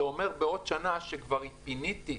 בעוד שנה אני כבר אצטרך